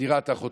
פטירת אחותו.